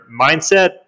mindset